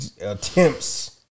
attempts